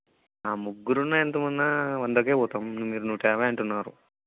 ముగ్గురు ఉన్నా ఎంతమంది ఉన్నా వందకి పోతాం మీరు నూట యాభై అంటున్నారు